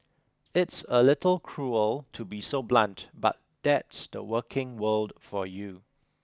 it's a little cruel to be so blunt but that's the working world for you